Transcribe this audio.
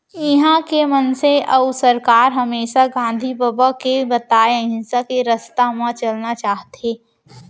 इहॉं के मनसे अउ सरकार हमेसा गांधी बबा के बताए अहिंसा के रस्ता म चलना चाहथें